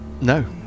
No